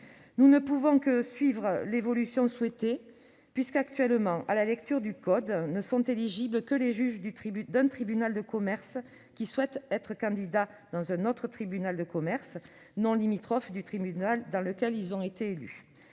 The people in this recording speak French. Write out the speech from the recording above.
Nous ne pouvons que suivre l'évolution souhaitée, puisque, actuellement, à la lecture du code, ne sont éligibles que les juges d'un tribunal de commerce qui souhaitent être candidats dans un autre tribunal de commerce non limitrophe du tribunal dans lequel ils ont été élus.